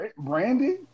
Brandy